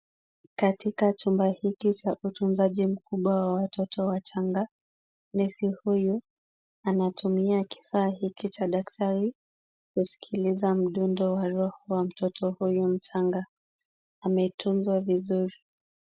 Katika chumba hiki cha utunzaji mkubwa wa watoto wachanga, nesi huyu, anatumia kifaa hiki cha daktari kusikiliza mdundo wa roho wa mtoto huyu mchanga. Ametunzwa vizuri.